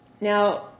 Now